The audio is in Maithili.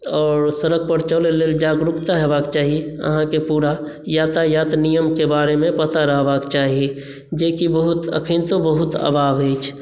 आओर सड़क पर चलऽ लेल जागरूकता होयबाक चाही आहाँकेँ पूरा यातायात नियमके बारेमे पूरा पता रहबाक चाही जहिके बहुत अखनतो बहुत आभाव अछि